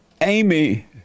Amy